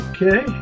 Okay